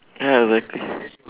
ya exactly